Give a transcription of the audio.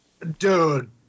Dude